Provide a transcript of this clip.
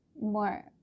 more